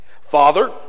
Father